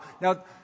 Now